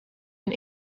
and